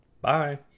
Bye